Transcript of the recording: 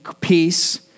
peace